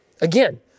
Again